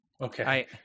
Okay